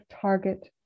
target